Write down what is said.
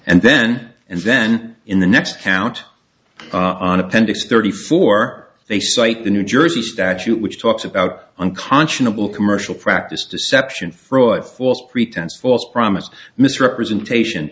and then and then in the next count on appendix thirty four they cite the new jersey statute which talks about unconscionable commercial practice deception freud false pretense false promise misrepresentation